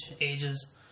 ages